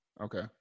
Okay